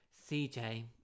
CJ